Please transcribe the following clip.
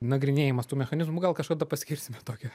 nagrinėjimas tų mechanizmų gal kažkada paskirsime tokią